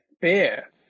beer